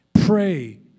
Pray